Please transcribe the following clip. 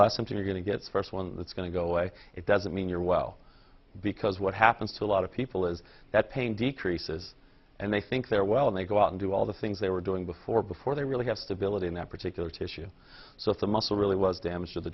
something you're going to get first one that's going to go away it doesn't mean you're well because what happens to a lot of people is that pain decreases and they think they're well and they go out and do all the things they were doing before before they really have stability in that particular tissue so if the muscle really was damaged or the